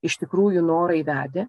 iš tikrųjų norai vedė